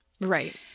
Right